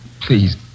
Please